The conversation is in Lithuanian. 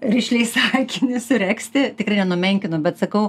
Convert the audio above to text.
rišliai sakinį suregzti tikrai nenumenkinu bet sakau